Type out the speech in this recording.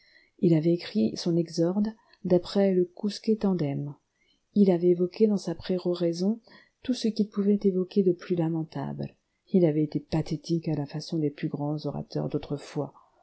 il avait écrit son exorde d'après le quousque tandem il avait évoqué dans sa péroraison tout ce qu'il pouvait évoquer de plus lamentable il avait été pathétique à la façon des plus grands orateurs d'autrefois